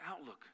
outlook